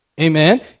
Amen